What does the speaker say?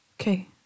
Okay